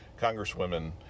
congresswomen